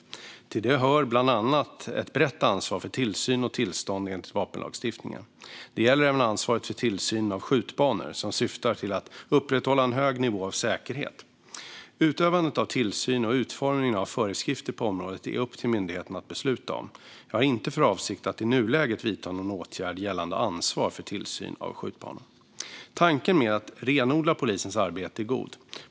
Till det hör bland annat ett brett ansvar för tillsyn och tillstånd enligt vapenlagstiftningen. Det gäller även ansvaret för tillsynen av skjutbanor, som syftar till att upprätthålla en hög nivå av säkerhet. Utövandet av tillsyn och utformningen av föreskrifter på området är upp till myndigheten att besluta om. Jag har inte för avsikt att i nuläget vidta någon åtgärd gällande ansvar för tillsyn av skjutbanor. Tanken med att renodla polisens arbete är god.